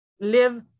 live